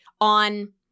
on